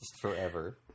Forever